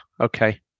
okay